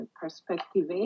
perspective